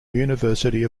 university